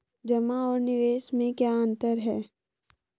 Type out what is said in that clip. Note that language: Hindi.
जमा और निवेश में क्या अंतर है?